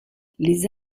les